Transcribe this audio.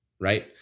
right